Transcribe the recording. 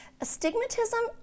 Astigmatism